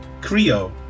Creo